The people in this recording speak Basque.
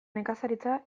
nekazaritza